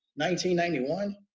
1991